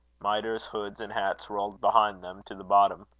mitres, hoods, and hats rolled behind them to the bottom.